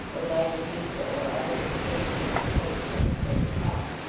or lighted window, or other indication of the place whence they had come.